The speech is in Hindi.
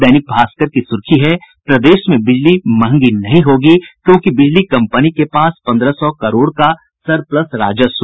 दैनिक भास्कर की सुर्खी है प्रदेश में बिजली महंगी नहीं होगी क्योंकि बिजली कंपनी के पास पन्द्रह सौ करोड़ का सरप्लस राजस्व